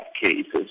cases